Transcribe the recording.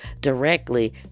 directly